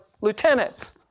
lieutenants